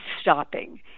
stopping